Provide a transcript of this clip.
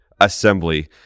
assembly